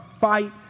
fight